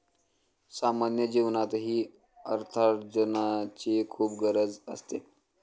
सामान्य जीवनातही अर्थार्जनाची खूप गरज असते